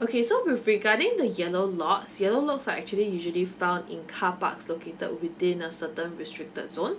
okay so with regarding the yellow lots yellow lots are actually usually found in carparks located within a certain restricted zone